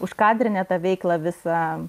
užkadrinę tą veiklą visą